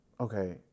okay